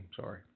sorry